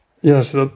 Yes